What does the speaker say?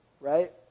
Right